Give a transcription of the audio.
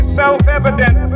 self-evident